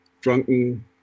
drunken